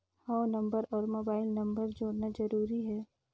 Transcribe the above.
हव नंबर अउ mobile number जोड़ना जरूरी हे?